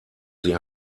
sie